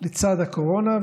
לצד הקורונה.